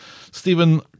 Stephen